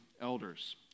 elders